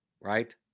Right